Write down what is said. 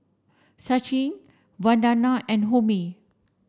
Sachin Vandana and Homi